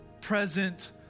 present